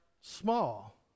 small